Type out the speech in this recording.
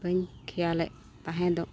ᱵᱟᱹᱧ ᱠᱷᱮᱭᱟᱞᱮᱫ ᱛᱟᱦᱮᱸ ᱫᱚ